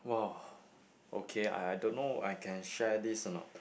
!wow! okay I I don't know I can share this